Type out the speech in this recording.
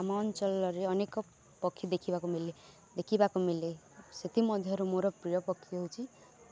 ଆମ ଅଞ୍ଚଲରେ ଅନେକ ପକ୍ଷୀ ଦେଖିବାକୁ ମିଲେ ଦେଖିବାକୁ ମିଲେ ସେଥିମଧ୍ୟରୁ ମୋର ପ୍ରିୟ ପକ୍ଷୀ ହଉଚି